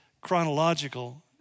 chronological